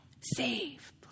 save